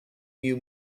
new